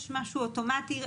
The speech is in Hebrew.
יש משהו אוטומטי,